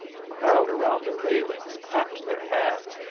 the crowd around the railings clapped their hands,